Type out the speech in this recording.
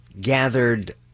gathered